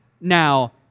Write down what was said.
now